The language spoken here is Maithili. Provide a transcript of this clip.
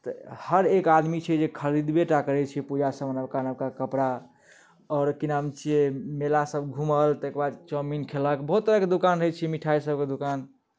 तऽ हर एक आदमी छै जे खरीदबे टा करै छै पूजा सबमे नबका नबका कपड़ा आओर की नाम छियै मेला सब घूमल ताहि कऽ बाद चाउमिन खयलक बहुत तरहके दूकान रहैत छै मिठाइ सब कऽ दूकान